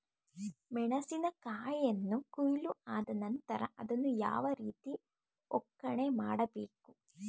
ಮೆಣಸಿನ ಕಾಯಿಯನ್ನು ಕೊಯ್ಲು ಆದ ನಂತರ ಅದನ್ನು ಯಾವ ರೀತಿ ಒಕ್ಕಣೆ ಮಾಡಬೇಕು?